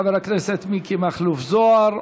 חבר הכנסת מיקי מכלוף זוהר.